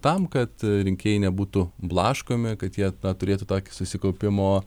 tam kad rinkėjai nebūtų blaškomi kad jie na turėtų tokį susikaupimo